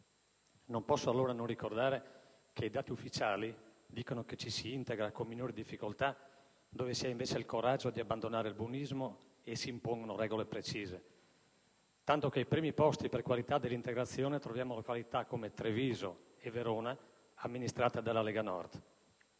Non posso allora non ricordare che i dati ufficiali dicono che ci si integra con minori difficoltà dove si ha invece il coraggio di abbandonare il buonismo e si impongono regole precise. Tanto che ai primi posti per qualità dell'integrazione troviamo località come Treviso e Verona, amministrate dalla Lega Nord.